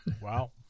Wow